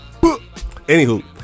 Anywho